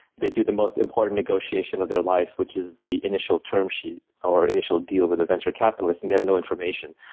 they do the most important negotiation of their lives, which is the initial term sheet or initial deal with venture capitalist and they have no information.